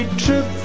trip